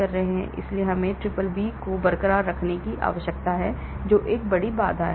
इसलिए हमें BBB को बरकरार रखने की आवश्यकता है जो एक बड़ी बाधा है